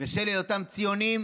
בשל היותם ציונים,